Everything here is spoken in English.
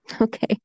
Okay